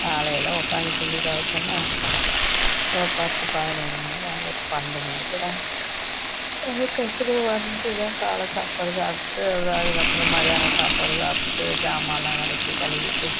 காலையில் உட்காந்து துணி துவச்சன்னா ஒரு பத்து பதினொரு மணி ஆகிரும் பன்னெண்டு மணி கூட அதுக்கு அப்புறம் வந்துதான் காலை சாப்பாடு சாப்பிட்டுட்டு அப்புறம் அதுக்கப்புறம் மத்தியான சாப்பாடு சாப்பிட்டு ஜாமனெல்லாம் விலக்கி கழுவிட்டு